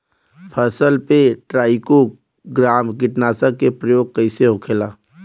फसल पे trichogramma कीटनाशक के प्रयोग कइसे होखेला?